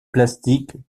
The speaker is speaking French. plastique